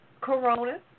Corona